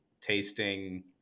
tasting